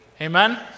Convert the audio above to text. amen